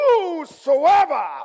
whosoever